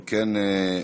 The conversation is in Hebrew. אם כן,